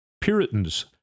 Puritans